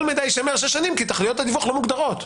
מידע יישמר שש שנים כי תכליות הדיווח לא מוגדרות.